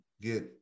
get